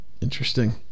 interesting